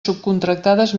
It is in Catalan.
subcontractades